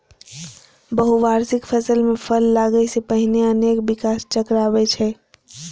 बहुवार्षिक फसल मे फल लागै सं पहिने अनेक विकास चक्र आबै छै